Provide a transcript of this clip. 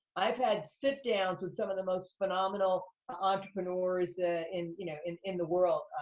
i've had sit-downs with some of the most phenomenal entrepreneurs ah in, you know, in in the world,